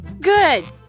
Good